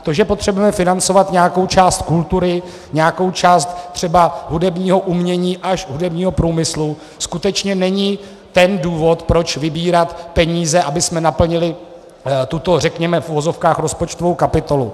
To, že potřebujeme financovat nějakou část kultury, nějakou část třeba hudebního umění až hudebního průmyslu, skutečně není ten důvod, proč vybírat peníze, abychom naplnili tuto řekněme v uvozovkách rozpočtovou kapitolu.